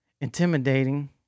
intimidating